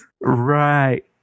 Right